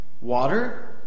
Water